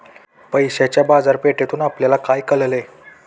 पैशाच्या बाजारपेठेतून आपल्याला काय कळले?